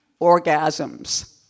Orgasms